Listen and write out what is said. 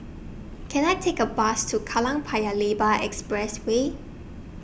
Can I Take A Bus to Kallang Paya Lebar Expressway